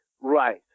right